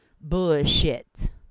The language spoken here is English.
bullshit